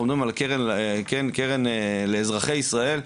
אנחנו מדברים על קרן לאזרחי ישראל,